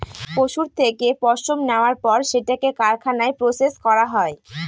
পশুর থেকে পশম নেওয়ার পর সেটাকে কারখানায় প্রসেস করা হয়